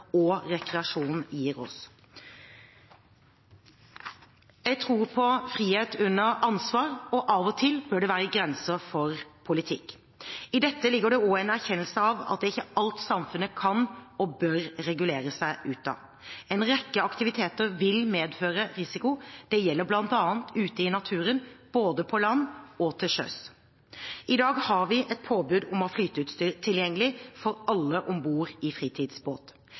og rekreasjon gir oss. Jeg tror på frihet under ansvar, og av og til bør det være grenser for politikk. I dette ligger det også en erkjennelse av at det ikke er alt samfunnet kan og bør regulere seg ut av. En rekke aktiviteter vil medføre risiko, det gjelder bl.a. ute i naturen, både på land og til sjøs. I dag har vi et påbud om å ha flyteutstyr tilgjengelig for alle om bord i fritidsbåt.